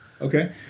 okay